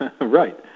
Right